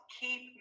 keep